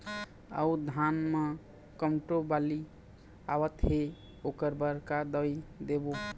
अऊ धान म कोमटो बाली आवत हे ओकर बर का दवई देबो?